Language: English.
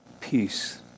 peace